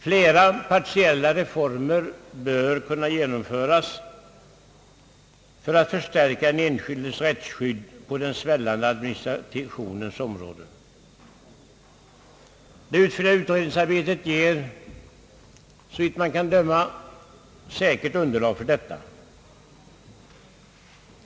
Flera partiella reformer bör kunna genomföras för att förstärka den enskildes rättsskydd på den svällande administrationens område. Utredningsarbetet ger, såvitt man kan döma, säkert underlag för detta.